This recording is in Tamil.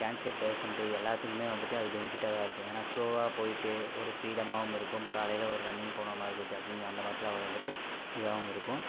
கேன்சர் பேஷன்ட்டு எல்லாத்துக்குமே வந்துட்டு அது பெனிஃபிட்டாக தான் இருக்கும் ஏன்னால் ஸ்லோவாக போயிட்டு ஒரு ஃப்ரீடமாகவும் இருக்கும் காலையில் ஒரு ரன்னிங் போனது மாதிரி ஜாக்கிங் அந்த மாரிலாம் வந்துட்டு இதாகவும் இருக்கும்